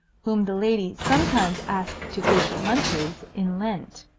whom the lady sometimes asked to fish lunches in lent.